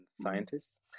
scientists